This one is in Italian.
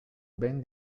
ben